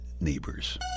Neighbors